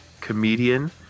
Comedian